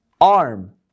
arm